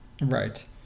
Right